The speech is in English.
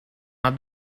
not